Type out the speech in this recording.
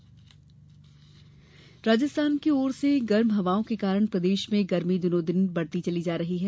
मौसम राजस्थान की ओर से गर्म हवाओं के कारण प्रदेश में गर्मी दिनों दिन बढ़ती जा रही है